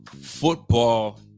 football